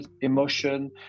emotion